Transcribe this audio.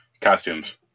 costumes